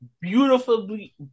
beautifully